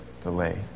delay